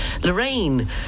Lorraine